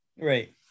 right